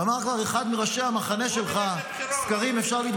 אמר כבר אחד מראשי המחנה שלך -- בואו נלך